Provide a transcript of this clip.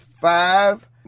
five